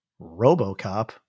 Robocop